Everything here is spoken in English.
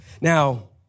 Now